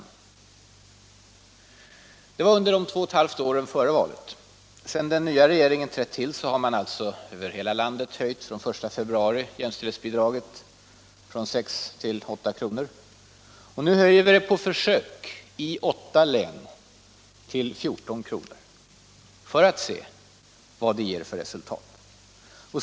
Detta gäller under de 2 1/2 åren före valet. Sedan den nya regeringen trätt till har jämställdhetsbidraget från den 1 februari höjts över hela landet från 6 till 8 kr., och nu höjer vi bidraget på försök i åtta län till 14 kr. för att se vad det ger för resultat.